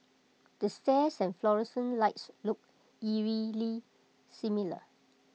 the stairs and fluorescent lights look eerily similar